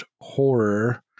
horror